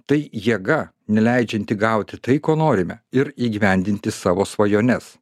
tai jėga neleidžianti gauti tai ko norime ir įgyvendinti savo svajones